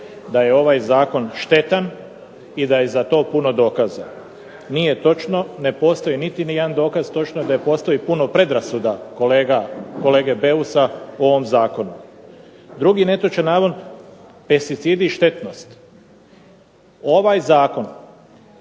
da je ovaj zakon štetan i da je za to puno dokaza. Nije točno. Ne postoji niti jedan dokaz točno, da postoji puno predrasuda kolege Beusa po ovom zakonu. Drugi netočan navod, pesticidi i štetnost. Ovaj zakon